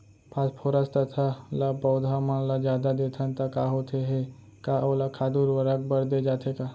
Phosphorus तथा ल पौधा मन ल जादा देथन त का होथे हे, का ओला खाद उर्वरक बर दे जाथे का?